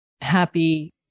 happy